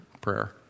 prayer